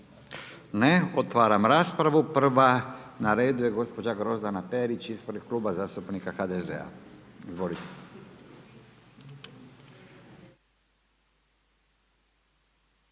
Ne. Otvaram raspravu. Prva na redu je gospođa Grozdana Perić ispred Kluba zastupnika HDZ-a. Izvolite.